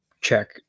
check